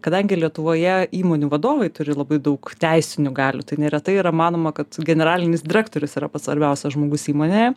kadangi lietuvoje įmonių vadovai turi labai daug teisinių galių tai neretai yra manoma kad generalinis direktorius yra pats svarbiausias žmogus įmonėje